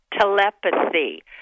telepathy